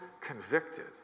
convicted